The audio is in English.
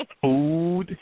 food